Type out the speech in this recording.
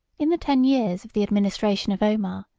in the ten years of the administration of omar,